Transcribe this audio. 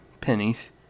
pennies